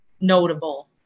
notable